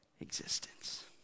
existence